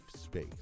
space